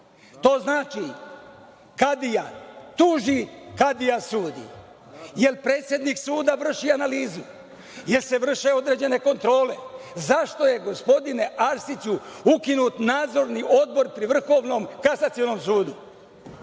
To znači – kadija tuži, kadija sudi. Da li predsednik suda vrši analizu? Jel se vrše određene kontrole? Zašto je, gospodine Arsiću, ukinut nadzorni odbor pri Vrhovnom kasacionom sudu?